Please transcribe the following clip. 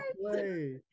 play